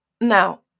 Now